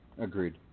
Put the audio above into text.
agreed